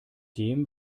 dem